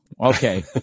Okay